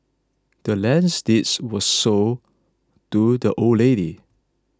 the land's deed was sold to the old lady